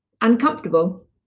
Uncomfortable